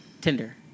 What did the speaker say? Tinder